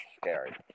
scary